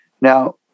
Now